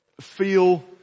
feel